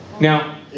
Now